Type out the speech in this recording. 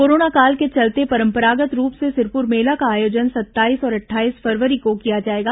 corona काल के चलते परंपरागत रूप से सिरपुर मेला का आयोजन सत्ताईस और अट्ठाईस फरवरी को किया जाएगा